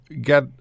get